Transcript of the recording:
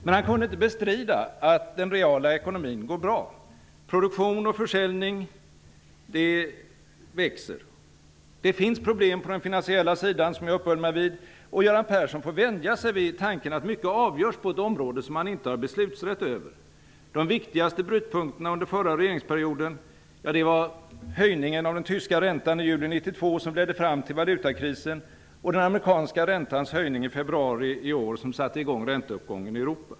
Men han kunde inte bestrida att den reala ekonomin går bra. Produktion och försäljning ökar. Det finns problem på den finansiella sidan, som jag tidigare uppehöll mig vid, och Göran Persson får vänja sig vid tanken att mycket avgörs på ett område som han inte har beslutsrätt över. De viktigaste brytpunkterna under förra regeringsperioden var höjningen av den tyska räntan i juli 1992, som ledde fram till valutakrisen, och den amerikanska räntans höjning i februari i år, som satte igång ränteuppgången i Europa.